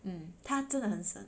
嗯他真的很省